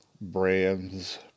brand's